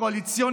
הקואליציוני,